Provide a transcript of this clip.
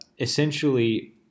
essentially